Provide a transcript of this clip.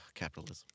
capitalism